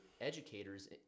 educators